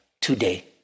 today